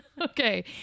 Okay